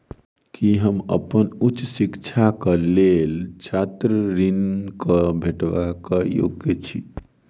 की हम अप्पन उच्च शिक्षाक लेल छात्र ऋणक भेटबाक योग्य छी?